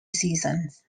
seasons